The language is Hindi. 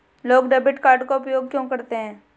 लोग डेबिट कार्ड का उपयोग क्यों करते हैं?